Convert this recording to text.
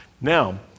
Now